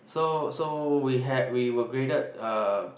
so so we had we were graded uh